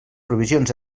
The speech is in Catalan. provisions